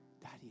Daddy